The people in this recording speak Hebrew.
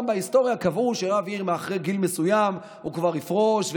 גם בהיסטוריה קבעו שרב עיר אחרי גיל מסוים כבר יפרוש,